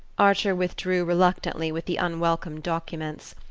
archer withdrew reluctantly with the unwelcome documents.